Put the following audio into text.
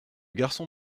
garçon